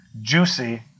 juicy